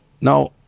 Now